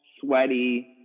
sweaty